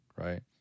Right